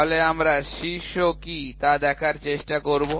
তাহলে আমরা শীর্ষে কী তা দেখার চেষ্টা করব